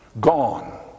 gone